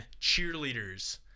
cheerleaders